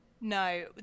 No